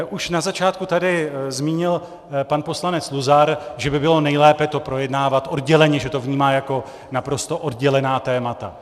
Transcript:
Už na začátku tady zmínil pan poslanec Luzar, že by bylo nejlépe to projednávat odděleně, že to vnímá jako naprosto oddělená témata.